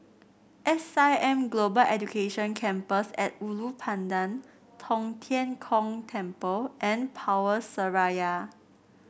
S I M Global Education Campus at Ulu Pandan Tong Tien Kung Temple and Power Seraya